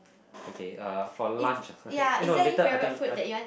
okay uh for lunch ah eh no later I think I